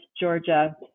Georgia